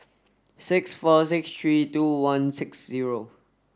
six four six three two one six zero